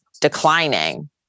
declining